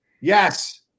Yes